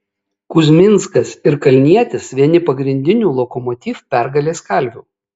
kuzminskas ir kalnietis vieni pagrindinių lokomotiv pergalės kalvių